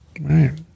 right